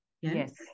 Yes